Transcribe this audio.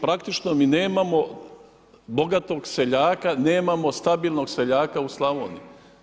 Praktično mi nemamo bogatog seljaka, nemamo stabilnog seljaka u Slavoniji.